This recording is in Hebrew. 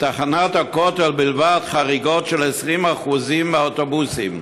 בתחנת הכותל בלבד יש חריגות של 20% מהאוטובוסים,